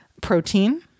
protein